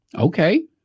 okay